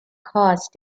cause